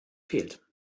fehlt